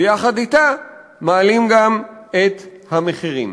ויחד אתה מעלים גם את המחירים.